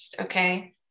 okay